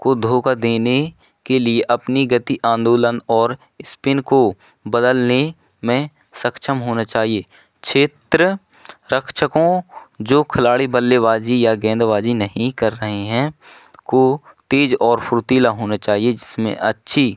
को धोखा देने के लिए अपनी गती आन्दोलन और स्पिन को बदलने में सक्षम होना चाहिए क्षेत्र रक्षकों जो खिलाड़ी बल्लेबाजी या गेंदबाजी नहीं कर रही है को तेज़ और फुर्तीला होना चाहिए जिसमें अच्छी